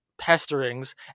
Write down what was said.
pesterings